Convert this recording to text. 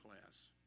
class